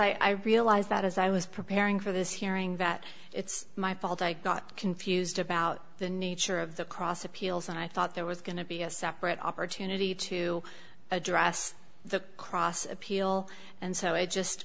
yes i realize that as i was preparing for this hearing that it's my fault i got confused about the nature of the cross appeals and i thought there was going to be a separate opportunity to address the cross appeal and so i just